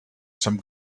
some